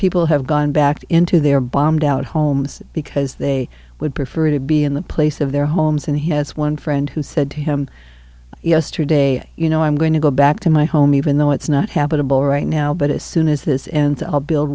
people have gone back into their bombed out homes because they would prefer to be in the place of their homes and he has one friend who said to him yesterday you know i'm going to go back to my home even though it's not habitable right now but as soon as this and i'll build